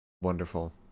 Wonderful